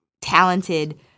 talented